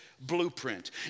blueprint